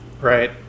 right